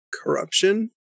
corruption